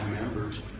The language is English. members